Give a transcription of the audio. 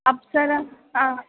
अप्सरा हा